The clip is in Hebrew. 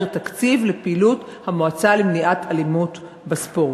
תקציב לפעילות המועצה למניעת אלימות בספורט.